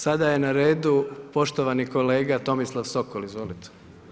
Sada je na redu poštovani kolega Tomislav Sokol, izvolite.